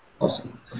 Awesome